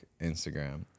Instagram